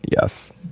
Yes